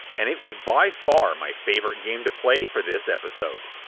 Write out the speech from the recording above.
and it was by far my favorite game to play for this episode.